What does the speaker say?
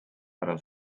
ära